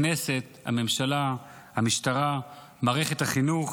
הכנסת, הממשלה, המשטרה, מערכת החינוך